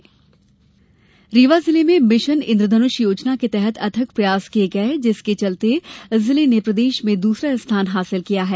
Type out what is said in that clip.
ground report Indradhanush Rewa जिले में mission Indradhanush योजना के तहत अथक प्रयास किये गये जिसके चलते जिले ने प्रदेश में दूसरा स्थान हासिल किया है